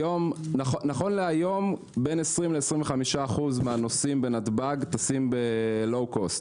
היום בין 20% ל-25% מהנוסעים דרך נתב"ג טסים לואו קוסט.